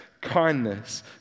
kindness